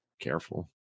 careful